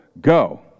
go